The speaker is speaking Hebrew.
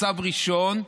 מצב ראשון,